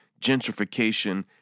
gentrification